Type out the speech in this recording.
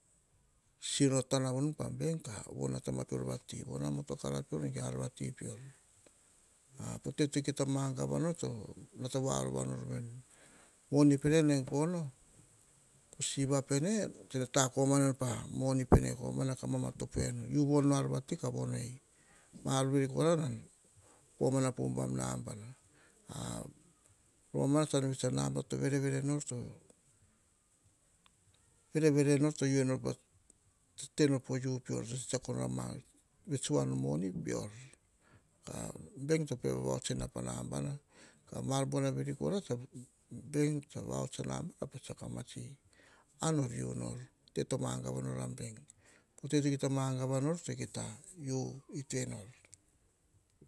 Sino atama na van pa bank, ka von a taba peor vati. Von amoto kara ga ar vati peor po te ko kita magava nor to nata voa rava nor veni moni pene nene gono, po siva pene tsene takamana enu. Pa moni pene komana, ka mamatopo nu u von nu ar vati ka von ei ma ar veri komana po ubam na bana. Rommana tsam vets a nabana teo verevere nor to tete nor po u peor, to tsetsako nor ar, vets voa noor veni, molni peor. Bank to pe vavahots ena pa nabana, ma ar buar veri kkora bank tsa vahots a na boma, pa ma tsi ar nor u nor o te to maga va no a bank po te to kita magava itai nor.